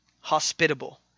hospitable